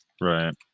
right